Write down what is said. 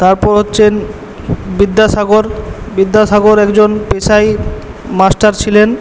তারপর হচ্ছেন বিদ্যাসাগর বিদ্যাসাগর একজন পেশায় মাস্টার ছিলেন